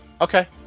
Okay